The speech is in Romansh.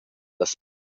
las